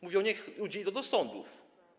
Mówiły: niech ludzie idą do sądów.